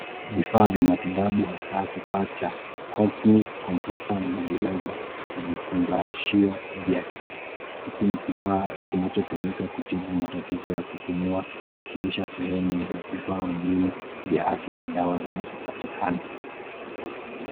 Vifaa vya matibabu, hasa kifaa cha Compmist Compressor Nebulizer na vifungashio vyake. Hiki ni kifaa kinachotumika kutibu matatizo ya kupumua kikiwakilisha sehemu ya vifaa muhimu vya afya na dawa zinazopatikana.